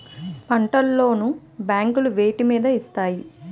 పంట లోన్ లు బ్యాంకులు వేటి మీద ఇస్తాయి?